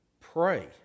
pray